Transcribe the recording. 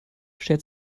schert